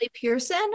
Pearson